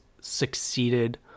succeeded